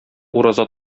ураза